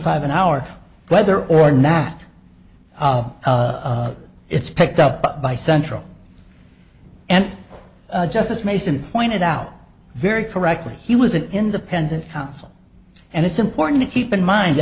five an hour whether or not it's picked up by central and justice mason pointed out very correctly he was an independent counsel and it's important to keep in mind